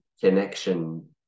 connection